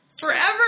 Forever